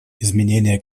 изменения